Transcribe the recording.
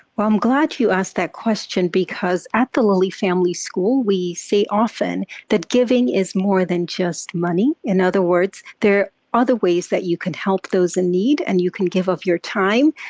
well, i'm glad you asked that question because at the lilly family school, we say often that giving is more than just money. in other words, there are other ways that you can help those in need. and you can give of your time,